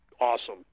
awesome